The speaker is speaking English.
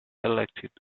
elected